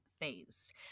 Phase